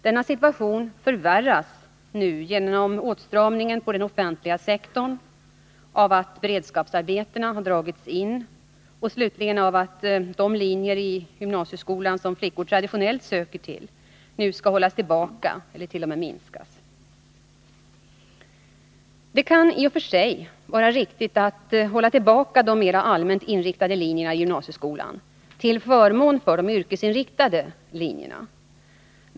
Denna situation förvärras nu genom åtstramningen på den offentliga sektorn, av att beredskapsarbetena har dragits in och slutligen av att de linjer i gymnasieskolan som flickor traditionellt söker till nu skall hållas tillbaka eller t.o.m. minska i omfattning. Det kan i och för sig vara riktigt att hålla tillbaka de mera allmänt inriktade linjerna i gymnasieskolan till förmån för de yrkesinriktade linjerna.